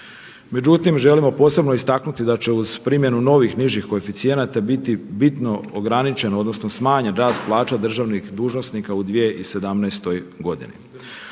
Međutim, želimo posebno istaknuti da će uz primjenu novih nižih koeficijenata biti bitno ograničen odnosno smanjen rast plaća državnih dužnosnika u 2017. godini.